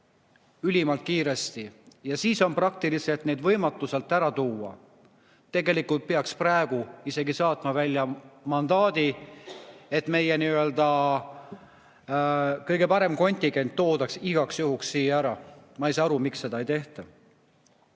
ülimalt kiiresti ja siis on praktiliselt võimatu neid sealt ära tuua. Tegelikult peaks praegu isegi [andma] välja mandaadi, et meie nii-öelda kõige parem kontingent toodaks igaks juhuks siia ära. Ma ei saa aru, miks seda ei tehta.